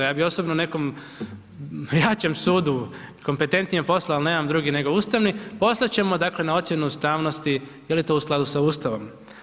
Ja bih osobno nekom jačem sudu, kompetentnijem poslao ali nemam drugi nego ustavni, poslati ćemo dakle na ocjenu ustavnosti je li to u skladu sa Ustavom.